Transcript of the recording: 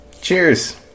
Cheers